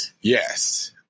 Yes